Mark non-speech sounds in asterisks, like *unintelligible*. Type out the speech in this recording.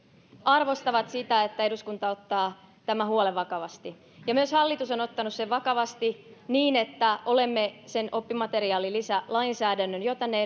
arvostavat sitä että eduskunta ottaa tämän huolen vakavasti myös hallitus on ottanut sen vakavasti niin että olemme sen oppimateriaalilisälainsäädännön jo tänne *unintelligible*